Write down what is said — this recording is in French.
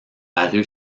paru